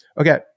Okay